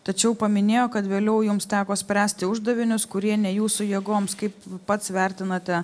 tačiau paminėjo kad vėliau jums teko spręsti uždavinius kurie ne jūsų jėgoms kaip pats vertinate